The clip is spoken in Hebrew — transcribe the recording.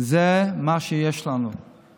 זה יעזור גם למתנחלים.